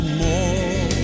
more